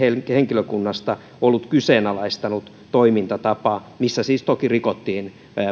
henkilökunnasta ollut kyseenalaistanut toimintatapaa missä siis toki rikottiin